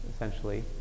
essentially